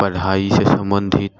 पढ़ाई से संबंधित